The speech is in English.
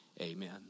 Amen